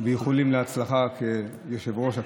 ואיחולים להצלחה, יושב-ראש הכנסת.